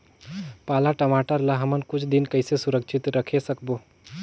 पाला टमाटर ला हमन कुछ दिन कइसे सुरक्षित रखे सकबो?